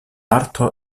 arto